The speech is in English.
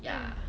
mm